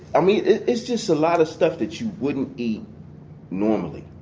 i mean, it's just a lot of stuff that you wouldn't eat normally.